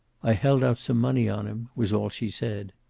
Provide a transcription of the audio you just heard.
i held out some money on him, was all she said.